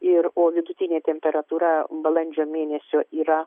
ir o vidutinė temperatūra balandžio mėnesio yra